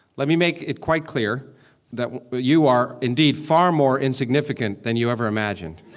let me make it quite clear that you are indeed far more insignificant than you ever imagined